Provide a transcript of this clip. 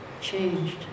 changed